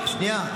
שנייה,